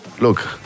look